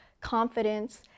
confidence